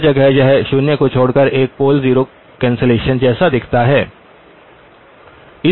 हर जगह यह शून्य को छोड़कर एक पोल ज़ीरो कैंसलेशन जैसा दिखता है